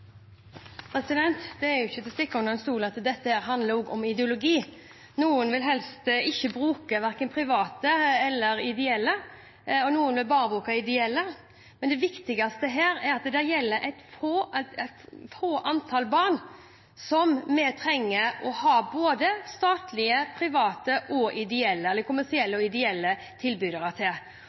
ikke til å stikke under stol at dette også handler om ideologi. Noen vil helst ikke bruke verken private eller ideelle, og noen vil bare bruke ideelle. Det viktigste her er at det er et fåtall barn vi trenger å ha statlige, private, ideelle eller kommersielle tilbydere til. Og